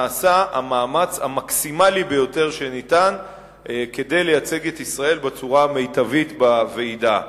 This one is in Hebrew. נעשה המאמץ המקסימלי האפשרי כדי לייצג את ישראל בצורה המיטבית בוועידה,